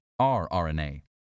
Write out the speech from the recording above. rRNA